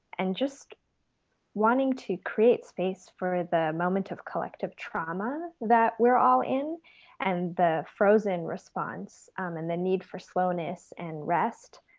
and just wanting to create space for the moment of collective trauma that we're all in and the frozen response. um and the need for slowness and rest